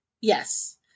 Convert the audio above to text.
Yes